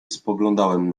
spoglądałem